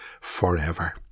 forever